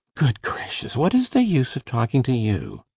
good gracious! what is the use of talking to you!